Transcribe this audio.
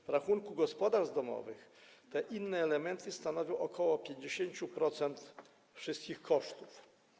W rachunku gospodarstw domowych te inne elementy stanowią ok. 50% wszystkich kosztów.